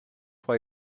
why